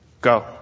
Go